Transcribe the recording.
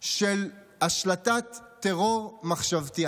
של השלטת טרור מחשבתי.